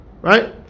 right